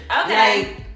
Okay